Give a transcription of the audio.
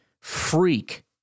freak